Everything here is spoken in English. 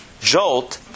jolt